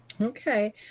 Okay